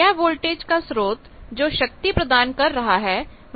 यह वोल्टेज का स्रोत जो शक्ति प्रदान कर रहा है वह Ps है